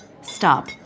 Stop